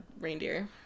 reindeer